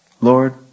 Lord